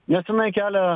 nes jinai kelia